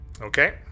Okay